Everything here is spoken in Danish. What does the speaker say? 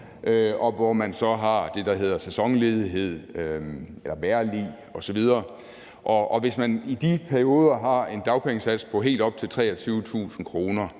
hvor man så har det, der hedder sæsonledighed eller vejrlig osv. Og hvis man i de perioder har en dagpengesats på helt op til 23.000 kr.,